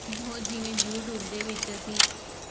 ਦੋ ਜਿਵੇਂ ਯੂਟਿਊਬ ਦੇ ਵਿੱਚ ਅਸੀਂ